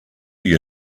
you